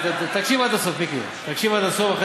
תקשיב עד הסוף, מיקי, תקשיב עד הסוף.